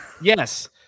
Yes